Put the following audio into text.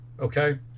okay